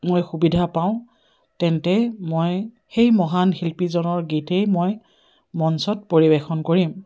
মই সুবিধা পাওঁ তেন্তে মই সেই মহান শিল্পীজনৰ গীতেই মই মঞ্চত পৰিৱেশন কৰিম